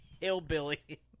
Hillbilly